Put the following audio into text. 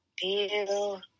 feel